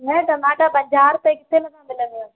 न टमाटा पंजा रुपय किथे नथा मिलंदव